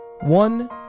One